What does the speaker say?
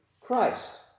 Christ